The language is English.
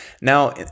Now